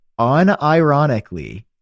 unironically